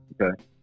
Okay